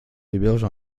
héberge